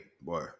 boy